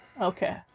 Okay